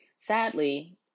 Sadly